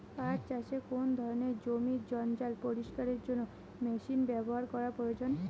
পাট চাষে কোন ধরনের জমির জঞ্জাল পরিষ্কারের জন্য মেশিন ব্যবহার করা প্রয়োজন?